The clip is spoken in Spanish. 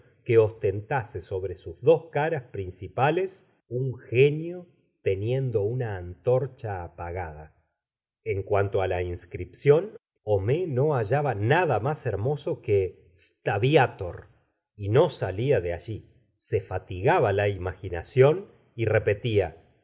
que ostentase sobre sus dos caras principales cun genio teniendo una antorcha apagada cuanto á la inscripción homais no hallaba nada más hermoso que sta vito y no salia de allí se fatigaba la imaginacíón y repetía